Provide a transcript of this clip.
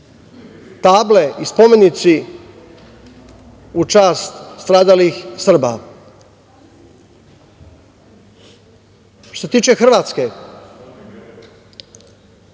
table i spomenici u čast stradalih Srba. Što se tiče Hrvatske.